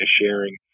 sharing